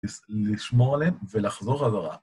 לשמור עליהם ולחזור חזרה.